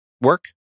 work